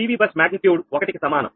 వి bus magnitude 1 కి సమానం